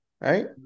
right